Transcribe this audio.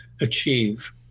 achieve